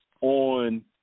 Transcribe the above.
on